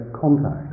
contact